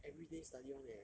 everyday study [one] leh